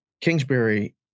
Kingsbury